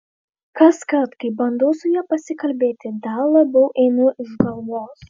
kaskart kai bandau su ja pasikalbėti dar labiau einu iš galvos